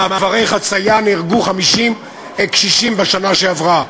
במעברי חציה נהרגו 50 קשישים בשנה שעברה,